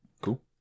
Cool